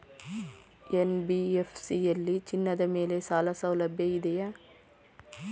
NBFC ಯಲ್ಲಿ ಚಿನ್ನದ ಮೇಲೆ ಸಾಲಸೌಲಭ್ಯ ಇದೆಯಾ?